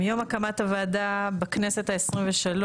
מיום הקמת הוועדה בכנסת ה-23,